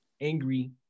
angry